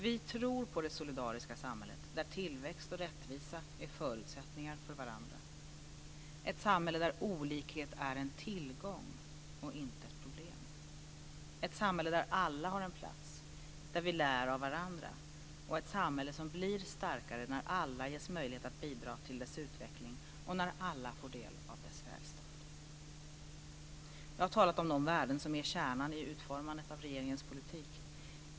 Vi tror på det solidariska samhället där tillväxt och rättvisa är förutsättningar för varandra, ett samhälle där olikhet är en tillgång och inte ett problem, ett samhälle där alla har en plats och där vi lär av varandra, och ett samhälle som blir starkare när alla ges möjlighet att bidra till dess utveckling och när alla får del av dess välstånd. Jag har talat om de värden som är kärnan i utformandet av regeringens politik.